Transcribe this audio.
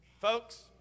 Folks